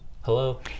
hello